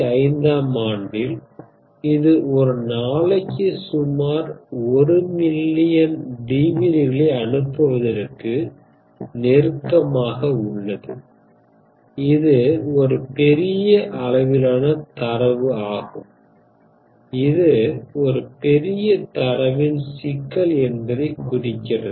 2005 ஆம் ஆண்டில் இது ஒரு நாளைக்கு சுமார் 1 மில்லியன் DVD களை அனுப்புவதற்கு நெருக்கமாக உள்ளது இது ஒரு பெரிய அளவிலான தரவு ஆகும் இது ஒரு பெரிய தரவின் சிக்கல் என்பதைக் குறிக்கிறது